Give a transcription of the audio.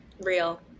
Real